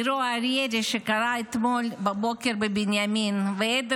אירוע הירי שקרה אתמול בבוקר בבנימין והיעדר